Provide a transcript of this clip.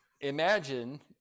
imagine